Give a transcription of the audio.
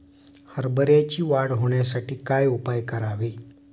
हरभऱ्याची वाढ होण्यासाठी काय उपाय करावे?